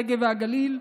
הנגב והגליל,